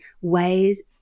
ways